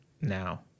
now